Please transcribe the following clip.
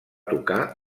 tocar